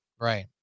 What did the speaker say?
Right